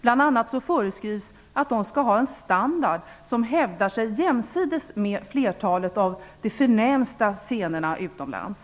Bl.a. föreskrivs att Operan skall ha en standard som hävdar sig jämsides med flertalet av de förnämsta scenerna utomlands.